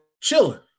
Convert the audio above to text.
chilling